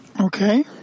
Okay